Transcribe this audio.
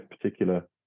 particular